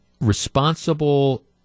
responsible